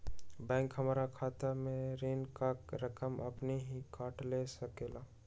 Bank हमार खाता से ऋण का रकम अपन हीं काट ले सकेला?